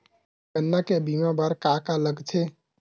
गन्ना के बीमा बर का का लगथे?